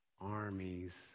armies